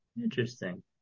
interesting